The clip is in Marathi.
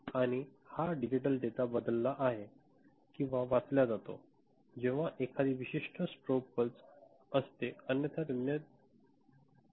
आणि हा डिजिटल डेटा बदलला आहे किंवा वाचल्या जातो जेव्हा एखादी विशिष्ट स्ट्रोब पल्स असते अन्यथा ती 0 पर्यंत राहील